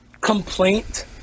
complaint